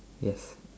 yes